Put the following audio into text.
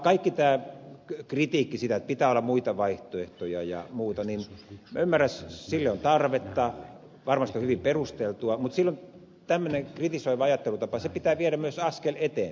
kaikki tämä kritiikki siitä että pitää olla muita vaihtoehtoja ja muuta niin minä ymmärrän että sille on tarvetta varmasti se on hyvin perusteltua mutta silloin tämmöinen kritisoiva ajattelutapa pitää viedä myös askeleen eteenpäin